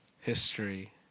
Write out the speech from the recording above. history